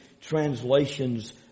translations